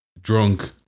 drunk